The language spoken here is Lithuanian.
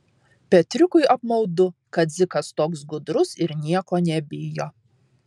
petriukui apmaudu kad dzikas toks gudrus ir nieko nebijo